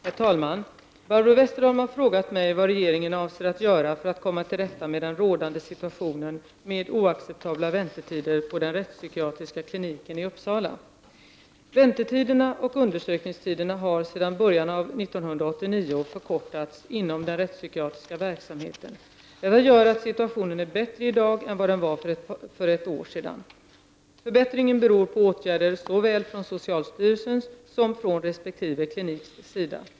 Herr talman! Barbro Westerholm har frågat mig vad regeringen avser att göra för att komma till' rätta med den rådande situationen med oacceptabla väntetider på den rättspsykiatriska kliniken i Uppsala. Väntetiderna och undersökningstiderna har sedan början av år 1989 förkortats inom den rättspsykiatriska verksamheten. Detta gör att situationen är bättre i dag än vad den var för ett år sedan. Förbättringen beror på åtgärder såväl från socialstyrelsens som från resp. kliniks sida.